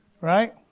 right